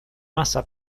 massa